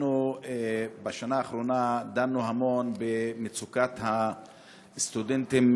בשנה האחרונה דנו המון במצוקת הסטודנטים